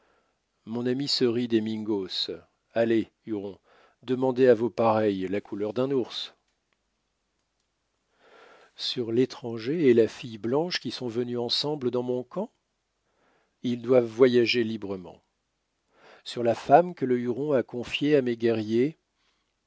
mon ami se rit des mingos allez hurons demandez à vos pareils la couleur d'un ours sur l'étranger et la fille blanche qui sont venus ensemble dans mon camp ils doivent voyager librement sur la femme que le huron a confiée à mes guerriers